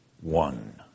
one